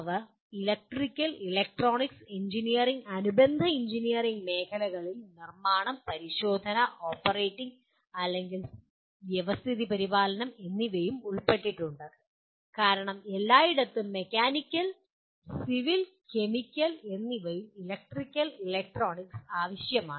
അവ electrical electronic engineering അനുബന്ധ engineering വ്യവസായ മേഖലകളിൽ നിർമ്മാണം പരിശോധന ഓപ്പറേറ്റിംഗ് അല്ലെങ്കിൽ വ്യവസ്ഥിതി പരിപാലനം എന്നിവയും ഉൾപ്പെട്ടിട്ടുണ്ട് കാരണം എല്ലായിടത്തും മെക്കാനിക്കൽ സിവിൽ കെമിക്കൽ എന്നിവയിൽ ഇലക്ട്രിക്കൽ ഇലക്ട്രോണിക്സ് ഇവ ആവശ്യമാണ്